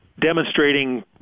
demonstrating